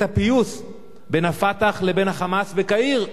הפיוס בין ה"פתח" לבין ה"חמאס" בקהיר.